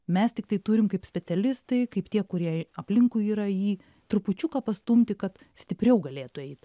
mes tiktai turim kaip specialistai kaip tie kurie aplinkui yra jį trupučiuką pastumti kad stipriau galėtų eit